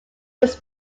was